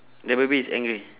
the baby is angry